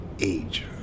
age